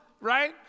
right